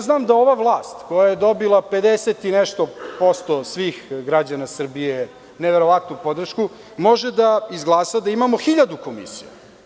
Znam da ova vlast koja je dobila pedeset i nešto posto svih građana Srbije, neverovatnu podršku, može da izglasa da imamo hiljadu komisija.